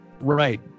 Right